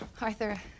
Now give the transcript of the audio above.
Arthur